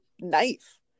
knife